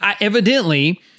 evidently